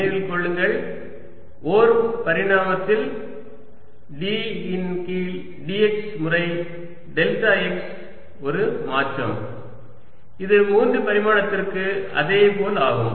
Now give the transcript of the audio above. நினைவில் கொள்ளுங்கள் ஓர் பரிமாணத்தில் d இன் கீழே dx முறை டெல்டா x ஒரு மாற்றம் இது மூன்று பரிமாணத்திற்கு அதேபோல் ஆகும்